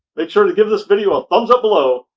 make sure to give this video a thumbs up below,